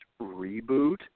reboot